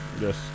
yes